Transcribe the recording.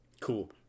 Cool